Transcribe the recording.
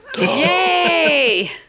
yay